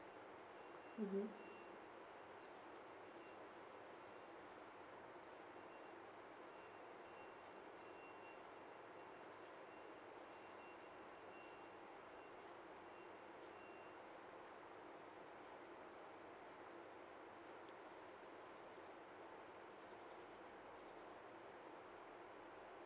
mmhmm